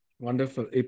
Wonderful